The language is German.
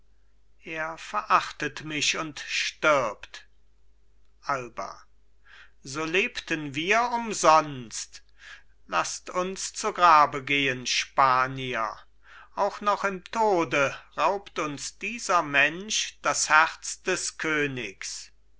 er verachtet mich und stirbt alba so lebten wir umsonst laßt uns zu grabe gehen spanier auch noch im tode raubt uns dieser mensch das herz des königs